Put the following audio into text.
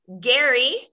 gary